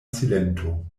silento